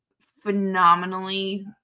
phenomenally